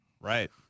right